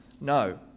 No